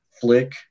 flick